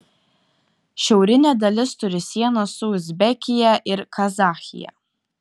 šiaurinė dalis turi sieną su uzbekija ir kazachija